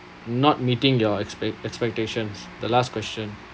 not meeting your expect expectations the last question